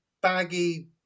baggy